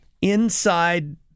inside